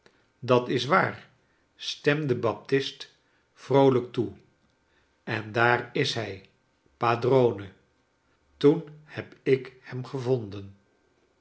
dat is waar stemde baptist vroolijk toe en daar is hij padrone toen heb ik hem gevonden